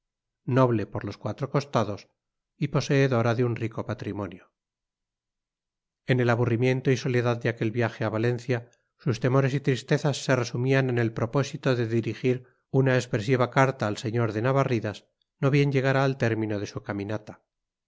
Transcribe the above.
noble por los cuatro costados y poseedora de un rico patrimonio en el aburrimiento y soledad de aquel viaje a valencia sus temores y tristezas se resumían en el propósito de dirigir una expresiva carta al sr de navarridas no bien llegara al término de su caminata